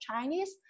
Chinese